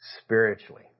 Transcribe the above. spiritually